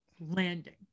landing